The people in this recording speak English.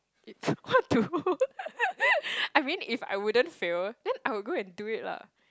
if what do I mean if I wouldn't fail then I will go and do it lah